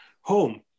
home